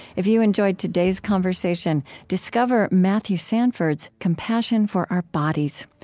if you enjoyed today's conversation, discover matthew sanford's compassion for our bodies.